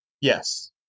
Yes